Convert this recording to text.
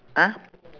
!huh!